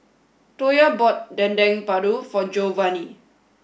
Toya bought Dendeng Paru for Geovanni